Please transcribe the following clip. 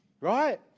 Right